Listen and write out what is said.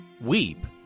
weep